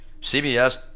CBS